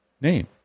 name